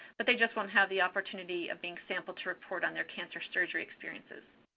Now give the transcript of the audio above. but they just won't have the opportunity of being sampled to report on their cancer surgery experiences.